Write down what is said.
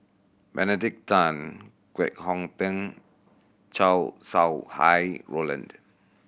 Benedict Tan Kwek Hong Png Chow Sau Hai Roland